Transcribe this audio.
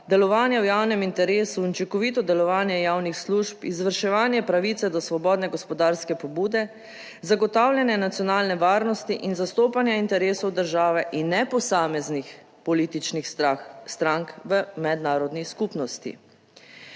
delovanje v javnem interesu in učinkovito delovanje javnih služb, izvrševanje pravice do svobodne gospodarske pobude, zagotavljanje nacionalne varnosti in zastopanje interesov države in ne posameznih političnih strank v mednarodni skupnosti.